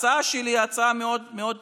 ההצעה שלי היא הצעה מאוד מאוד פשוטה: